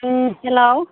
hello